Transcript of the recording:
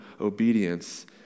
Obedience